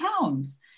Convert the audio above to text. pounds